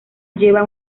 lleva